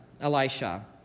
Elisha